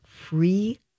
Free